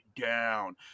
down